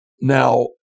now